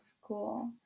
school